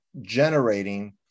generating